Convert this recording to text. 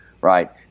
right